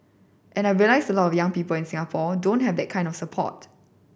and I realised a lot of young people in Singapore don't have that kind of support